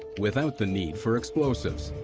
without the need for explosives.